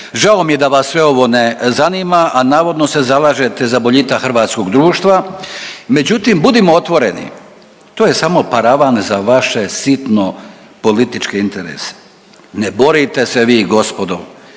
Žao mi je da vas sve ovo ne zanima, a navodno se zalažete za boljitak hrvatskog društva. Međutim budimo otvoreni, to je samo paravan za vaše sitno političke interese. Ne borite se vi gospodo